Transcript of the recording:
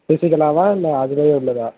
ஃபிசிகலாகவா இல்லை அதிலே உள்ளதா